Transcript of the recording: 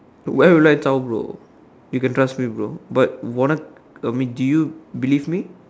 why would I tell bro you can trust me bro but what I I mean do you believe me